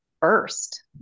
first